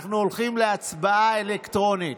אנחנו הולכים להצבעה אלקטרונית.